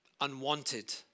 unwanted